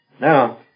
Now